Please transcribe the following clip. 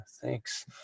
Thanks